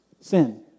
Sin